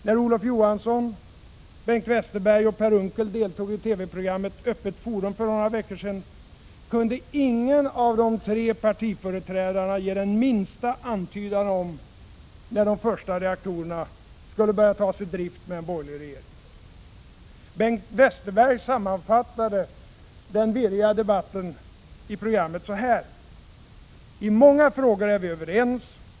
När Olof Johansson, Bengt Westerberg, och Per Unckel deltog i TV-programmet ”Öppet forum” för några veckor sedan, kunde ingen av de tre partiföreträdarna ge den minsta antydan om när de första reaktorerna skulle kunna börja tas ur drift med en borgerlig regering. Bengt Westerberg sammanfattade den virriga debatten i programmet så här: ”I många frågor är vi överens.